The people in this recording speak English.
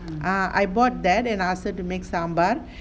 ah I bought that and ask her to make sambar